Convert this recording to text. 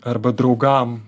arba draugam